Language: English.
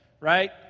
right